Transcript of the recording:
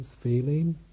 feeling